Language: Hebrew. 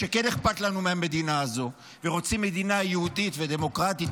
אלה שכן אכפת לנו מהמדינה הזו ורוצים מדינה יהודית ודמוקרטית,